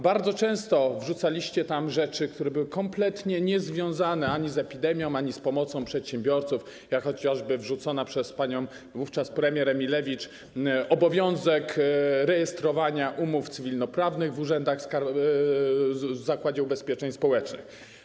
Bardzo często wrzucaliście tam rzeczy, które były kompletnie niezwiązane ani z epidemią, ani z pomocą przedsiębiorcom, jak chociażby wrzucony przez panią Emilewicz, wówczas premier, obowiązek rejestrowania umów cywilnoprawnych w Zakładzie Ubezpieczeń Społecznych.